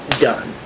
done